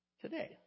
today